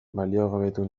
baliogabetu